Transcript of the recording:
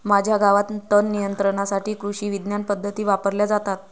माझ्या गावात तणनियंत्रणासाठी कृषिविज्ञान पद्धती वापरल्या जातात